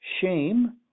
shame